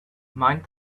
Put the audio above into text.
mind